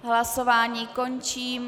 Hlasování končím.